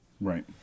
Right